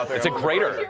it's a crater.